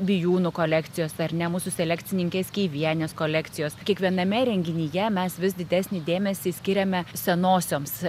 bijūnų kolekcijos ar ne mūsų selekcininkės skeivienės kolekcijos kiekviename renginyje mes vis didesnį dėmesį skiriame senosioms